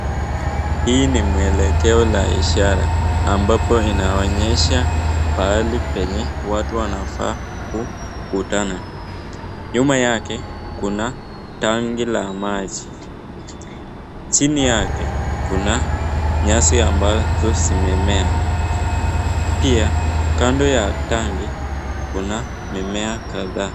Hii ni mwelekeo la ishara ambapo inaonyesha pahali penye watu wanafaa kukutana. Nyuma yake kuna tangi la maji. Chini yake kuna nyasi ambazo zimea. Pia kando ya tangi kuna mimea kadhaa.